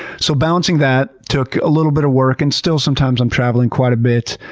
so balancing that took a little bit of work and still sometimes i'm traveling quite a bit,